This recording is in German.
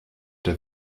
der